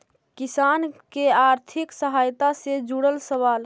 किसान के आर्थिक सहायता से जुड़ल सवाल?